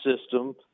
system